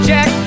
Jack